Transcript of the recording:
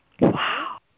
wow